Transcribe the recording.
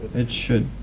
it should